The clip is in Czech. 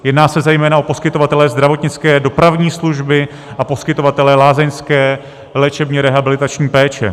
Jedná se zejména o poskytovatele zdravotnické dopravní služby a poskytovatele lázeňské léčebně rehabilitační péče.